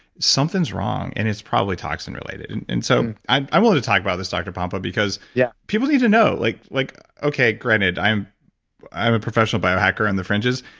something's wrong, and it's probably toxin related and and so i i want to talk about this, doctor pompa, because yeah people need to know. like like okay, granted, i am i am a professional bio-hacker on the fringes,